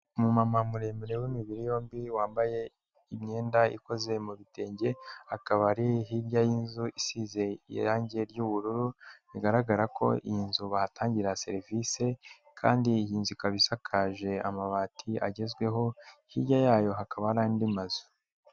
Umumama muremure w'imibiri yombi wambaye imyenda ikoze mu bitenge, akaba ari hirya y'inzu isize irangi ry'ubururu, rigaragara ko iyi nzu bahatangira serivisi kandi iyi nzu ikaba isakaje amabati agezweho, hirya yayo hakaba n'andi mazu.